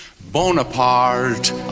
Bonaparte